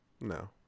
no